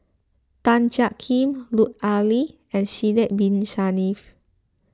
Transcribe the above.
Tan Jiak Kim Lut Ali and Sidek Bin Saniff